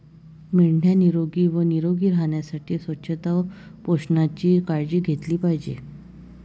मेंढ्या निरोगी व निरोगी राहण्यासाठी स्वच्छता व पोषणाची काळजी घेतली पाहिजे